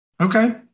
Okay